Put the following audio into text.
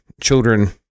children